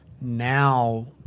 Now